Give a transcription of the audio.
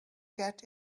get